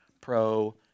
pro